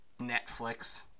Netflix